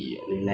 uh